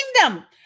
kingdom